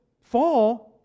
fall